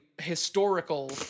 historical